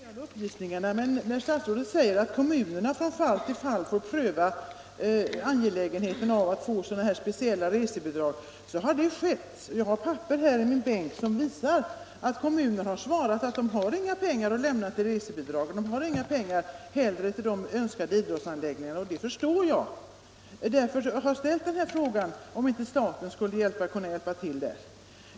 Herr talman! Jag tackar för de kompletterande upplysningarna. När statsrådet säger att kommunerna från fall till fall får pröva det angelägna i att lämna speciella resebidrag, så vill jag säga att så redan har skett. Jag har papper här på min bänk som visar att en kommun har svarat att man inte har några pengar till sådana resebidrag. Det finns inte heller pengar till de önskade idrottsanläggningarna. Detta förstår jag. Därför har jag ställt den här frågan om inte staten skulle kunna hjälpa till.